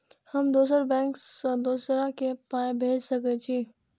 हम दोसर बैंक से दोसरा के पाय भेज सके छी?